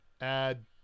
Add